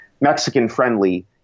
Mexican-friendly